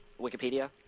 Wikipedia